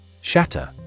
Shatter